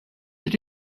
did